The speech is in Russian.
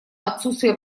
отсутствие